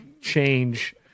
change